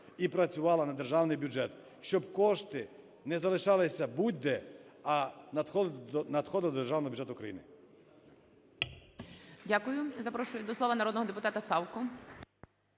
і працювала на державний бюджет, щоб кошти не залишалися будь-де, а надходили до державного бюджету України.